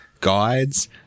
guides